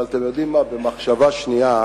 אבל אתם יודעים מה, במחשבה שנייה,